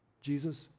Jesus